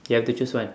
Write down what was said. you have to choose one